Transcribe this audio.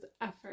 effort